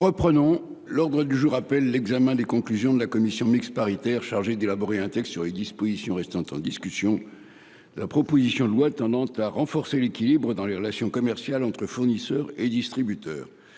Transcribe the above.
reprise. L'ordre du jour appelle l'examen des conclusions de la commission mixte paritaire chargée d'élaborer un texte sur les dispositions restant en discussion de la proposition de loi tendant à renforcer l'équilibre dans les relations commerciales entre fournisseurs et distributeurs